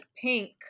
pink